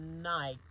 night